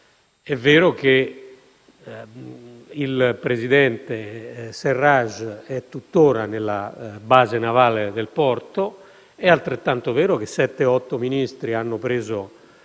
È vero che il presidente al-Sarraj è tuttora nella base navale del porto, ma è altrettanto vero che sette o otto ministri hanno preso